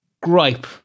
gripe